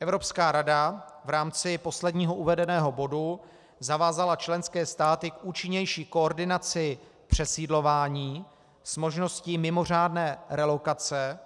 Evropská rada v rámci posledního uvedeného bodu zavázala členské státy k účinnější koordinaci přesídlování s možností mimořádné relokace,